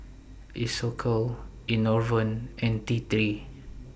Isocal Enervon and T three